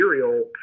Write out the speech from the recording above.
material